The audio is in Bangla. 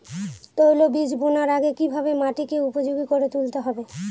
তৈলবীজ বোনার আগে কিভাবে মাটিকে উপযোগী করে তুলতে হবে?